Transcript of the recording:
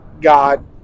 God